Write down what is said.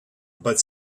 but